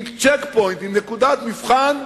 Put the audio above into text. עם check point, עם נקודת מבחן,